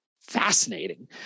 fascinating